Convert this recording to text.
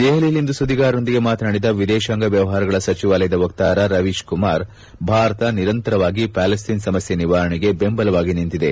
ದೆಹಲಿಯಲ್ಲಿಂದು ಸುದ್ದಿಗಾರರೊಂದಿಗೆ ಮಾತನಾಡಿದ ವಿದೇಶಾಂಗ ವ್ಯವಹಾರಗಳ ಸಚಿವಾಲಯದ ವಕ್ತಾರ ರವೀಶ್ ಕುಮಾರ್ ಭಾರತ ನಿರಂತರವಾಗಿ ಪ್ಯಾಲೆಸ್ತೇನ್ ಸಮಸ್ಕೆ ನಿವಾರಣೆಗೆ ಬೆಂಬಲವಾಗಿ ನಿಂತಿದೆ